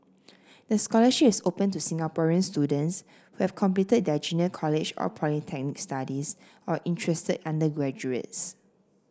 the scholarship is open to Singaporean students who have completed their junior college or polytechnic studies or interested undergraduates